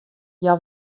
hja